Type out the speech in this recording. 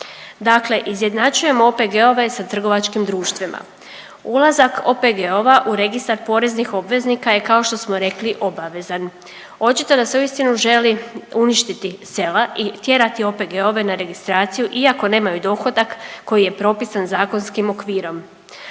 dakle, izjednačujemo OPG-ove sa trgovačkim društvima. Ulazak OPG-ova u registar poreznih obveznika je kao što smo rekli obavezan, očito da se uistinu želi uništiti sela i da tjerati OPG-ove na registraciju iako nemaju dohodak koji je propisan zakonskim okvirom.